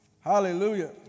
Hallelujah